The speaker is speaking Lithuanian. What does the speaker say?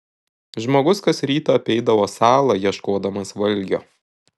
žmogus kas rytą apeidavo salą ieškodamas valgio